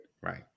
right